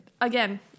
again